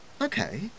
Okay